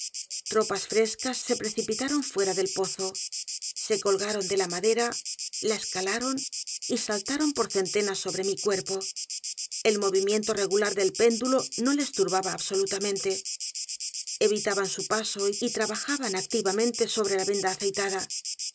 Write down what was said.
s frescas se precipitaron fuera del pozo se colgaron de la madera la escalaron y saltaron por centenas sobre mi cuerpo el movimiento regular del péndulo no les turbaba absolutamente evitaban su paso y trabajaban activamente sobre la venda aceitada